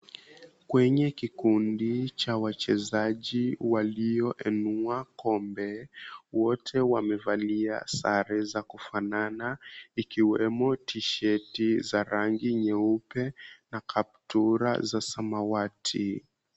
Kwenye kikundi cha wachezaji walio inua kombe. Wote wamevalia sare za kufanana ikiwemo tisheti za rangi nyeupe na kaptura za samawati.